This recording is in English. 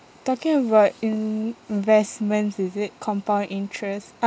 talking about in~ investments is it compound interest